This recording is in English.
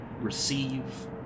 receive